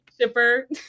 shipper